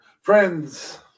Friends